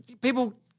People